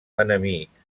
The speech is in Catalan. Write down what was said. enemics